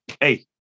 hey